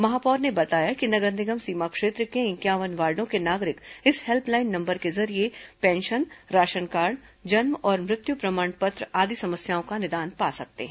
महापौर ने बताया कि नगर निगम सीमा क्षेत्र के इंक्यावन वार्डो के नागरिक इस हेल्पलाइन नंबर के जरिये पेंशन राशन कार्ड जन्म और मृत्यु प्रमाण पत्र आदि समस्याओं का निदान पा सकते हैं